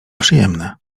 przyjemne